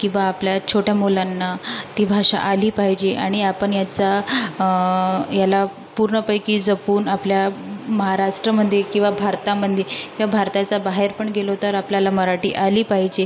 की बा आपल्या छोट्या मुलांना ती भाषा आली पाहिजे आणि आपण याचा याला पूर्णपैकी जपून आपल्या महाराष्ट्रामध्ये किंवा भारतामध्ये किंवा भारताच्या बाहेर पण गेलो तर आपल्याला मराठी आली पाहिजे